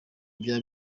byaba